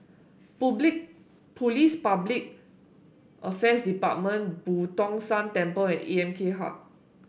Police Public Affairs Department Boo Tong San Temple and A M K Hub